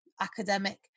academic